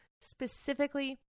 specifically